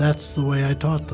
that's the way i taught